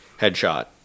Headshot